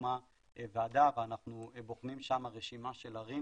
הוקמה ועדה ואנחנו בוחנים שם רשימה של ערים,